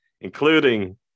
including